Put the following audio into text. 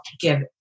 give